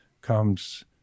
comes